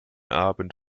abend